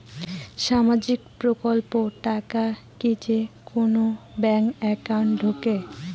সামাজিক প্রকল্পের টাকা কি যে কুনো ব্যাংক একাউন্টে ঢুকে?